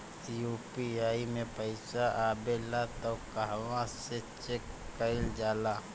UPI मे पइसा आबेला त कहवा से चेक कईल जाला?